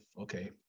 okay